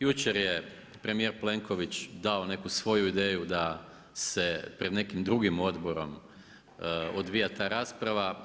Jučer je premijer Plenković dao neku svoju ideju da se pred nekim drugim odborom odvija ta rasprava.